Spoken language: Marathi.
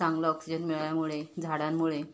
चांगलं ऑक्सिजन मिळाल्यामुळे झाडांमुळे